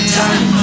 time